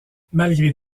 malgré